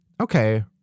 Okay